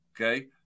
okay